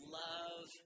love